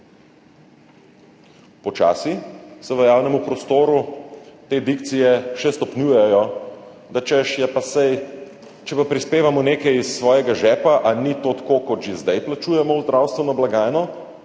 Počasi se v javnem prostoru te dikcije še stopnjujejo, češ, ja, pa saj, če prispevamo nekaj iz svojega žepa, ali ni to tako, kot že zdaj plačujemo v zdravstveno blagajno,